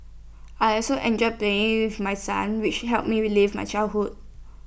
I also enjoy playing with my sons which have me relive my childhood